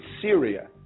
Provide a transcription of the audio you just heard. Syria